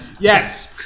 Yes